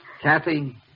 Kathy